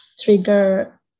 trigger